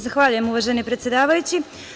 Zahvaljujem uvaženi predsedavajući.